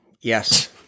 Yes